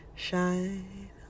Shine